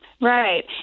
Right